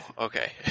okay